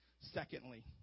Secondly